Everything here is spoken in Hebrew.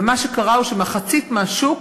ומה שקרה הוא שמחצית מהשוק